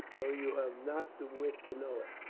though you have not the wit to know it.